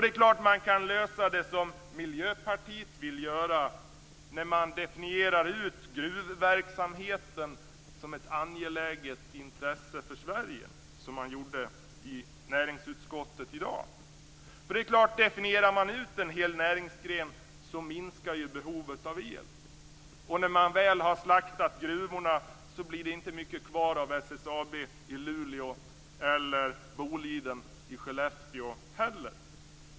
Det är klart att man kan lösa det så som Miljöpartiet vill göra, när man dömer ut gruvverksamheten som ett angeläget intresse för Sverige, som man gjorde i näringsutskottet i dag. Om man dömer ut en hel näringsgren minskar behovet av el, och när man väl har slaktat gruvorna blir det inte mycket kvar av SSAB i Luleå, Boliden eller Skellefteå.